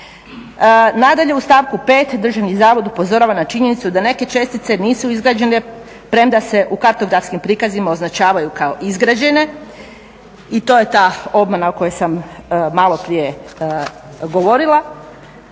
Nadalje, u stavku 5 državni zavod upozorava na činjenicu da neke čestice nisu izgrađene premda se u kartografskim prikazima označavaju kao izgrađene i to je ta obmana o kojoj sam maloprije govorila.